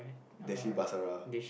that she